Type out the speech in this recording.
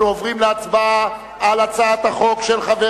אנחנו עוברים להצבעה על הצעת חוק של חבר